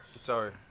Sorry